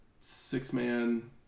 six-man